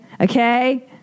Okay